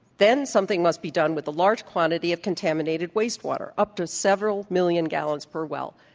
then something must be done with the large quantity of contaminated wastewater, up to several million gallons per well,